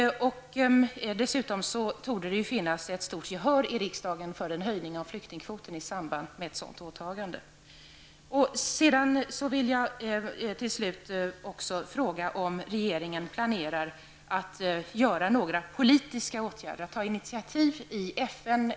Det torde dessutom finnas ett stort gehör i riksdagen för en höjning av flyktingkvoten i samband med ett sådant åtagande.